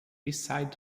beside